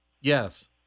Yes